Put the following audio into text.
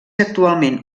actualment